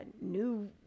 New